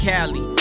Cali